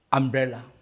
umbrella